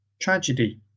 Tragedy